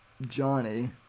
Johnny